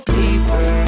deeper